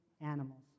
animals